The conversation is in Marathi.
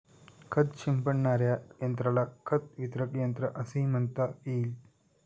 खत शिंपडणाऱ्या यंत्राला खत वितरक यंत्र असेही म्हणता येईल